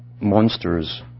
Monsters